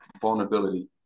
vulnerability